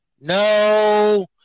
no